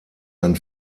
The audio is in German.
ein